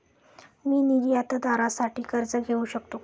मी निर्यातदारासाठी कर्ज घेऊ शकतो का?